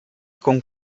con